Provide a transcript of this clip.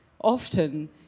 Often